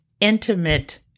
intimate